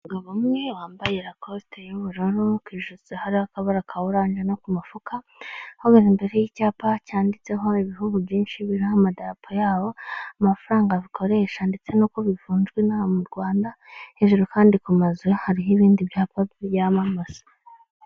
Umugabo umwe wambaye rakosite y'ubururu ku ijosi hariho akabara ka oranje no ku mufuka, uhagaze imbere y'icyapa cyanditseho ibihugu byinshi biriho amadapa yabo, amafaranga bikoresha ndetse n'uko bivunjwa inaha mu Rwanda, hejuru kandi ku mazu hariho ibindi byapa byamamaza.